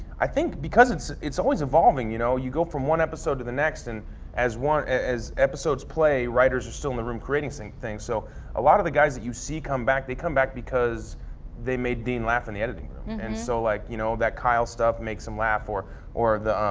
i think, because it's it's always evolving you know you go from one episode to the next and as one, episodes play, writers are still in the room creating things, so a lot of the guys that you see come back they come back because they made dean laugh in the editing room. and so like you know that kyle stuff makes them laugh, or or the,